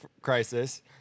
crisis